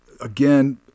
again